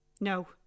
No